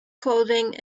clothing